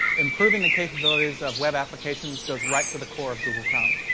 improving the capabilities of web applications goes right to the core of google chrome.